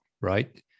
right